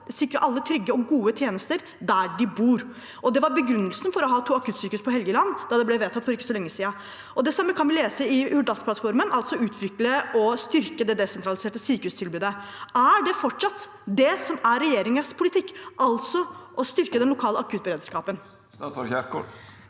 sikre alle trygge og gode tjenester der de bor. Det var begrunnelsen for å ha to akuttsykehus på Helgeland, da det ble vedtatt for ikke så lenge siden. Det samme kan vi lese i Hurdalsplattformen, altså «utvikle og styrke det desentraliserte sykehustilbudet». Er det fortsatt det som er regjeringens politikk, altså å styrke den lokale akuttberedskapen?